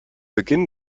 beginn